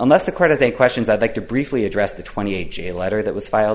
unless the court has a questions i'd like to briefly address the twenty a j letter that was filed